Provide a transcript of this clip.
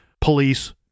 police